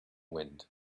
wind